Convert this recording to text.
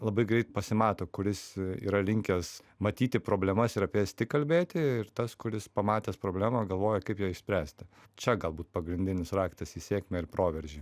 labai greit pasimato kuris yra linkęs matyti problemas ir apie jas tik kalbėti ir tas kuris pamatęs problemą galvoja kaip ją išspręsti čia galbūt pagrindinis raktas į sėkmę ir proveržį